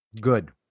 Good